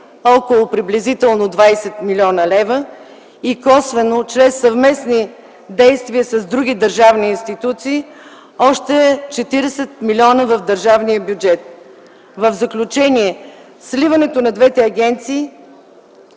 около приблизително 20 млн. лв., и косвено – чрез съвместни действия с други държавни институции, още 40 млн. лв. в държавния бюджет. В заключение – сливането на двете агенции